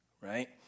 Right